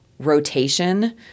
rotation